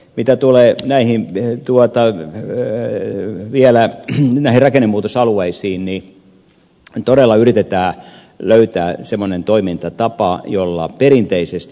mitä tulee vielä näihin rakennemuutosalueisiin niin todella yritetään löytää semmoinen toimintatapa jolla perinteisesti